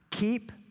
Keep